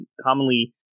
commonly